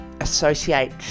associate